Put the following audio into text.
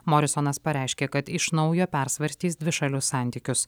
morisonas pareiškė kad iš naujo persvarstys dvišalius santykius